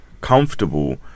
comfortable